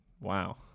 Wow